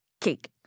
cake